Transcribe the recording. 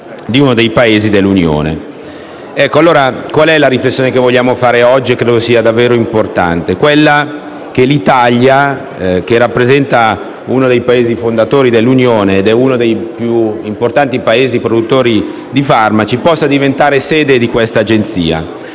in un altro Paese dell'Unione europea. La riflessione che vogliamo fare oggi, e che credo sia davvero importante, è che l'Italia, che rappresenta uno dei Paesi fondatori dell'Unione europea ed è uno dei più importanti Paesi produttori di farmaci, possa diventare sede di questa agenzia.